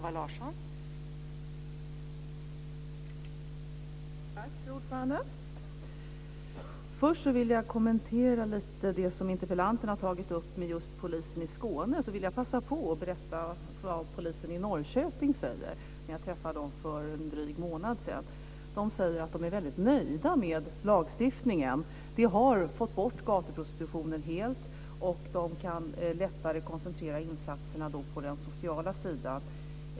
Fru talman! Först vill jag kommentera lite av det som interpellanten har tagit upp om just polisen i Skåne. Då vill jag passa på och berätta vad polisen i Norrköping sade när jag träffade dem för en dryg månad sedan. De sade att de är väldigt nöjda med lagstiftningen. De har fått bort gatuprostitutionen helt och de kan lättare koncentrera insatserna på den sociala sidan.